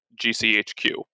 GCHQ